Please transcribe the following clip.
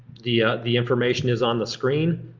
the ah the information is on the screen.